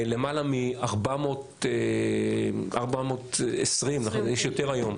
למעלה מ-420 יש יותר היום,